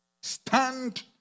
Stand